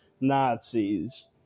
Nazis